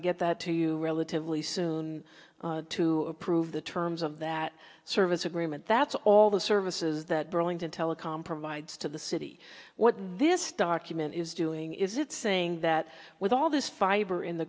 to get that to you relatively soon to approve the terms of that service agreement that's all the services that burlington telecom provides to the city what this document is doing is it's saying that with all this fiber in the